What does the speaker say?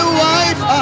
wife